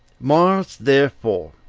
mars, therefore,